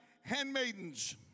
handmaidens